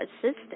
assistant